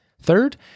Third